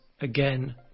again